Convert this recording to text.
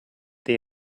det